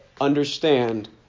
understand